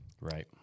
right